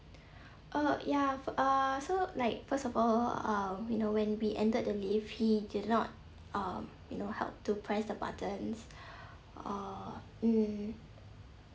uh ya uh so like first of all uh you know when we entered the lift he did not um you know help to press the buttons uh mm